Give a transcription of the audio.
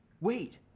wait